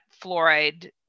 fluoride